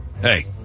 hey